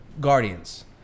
Guardians